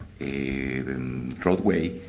even drove away.